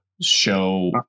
show